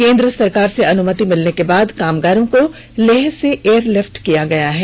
केंद्र सरकार से अनुमति मिलने के बाद कामगारों को लेह से एयरलि पट किया गया है